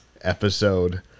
episode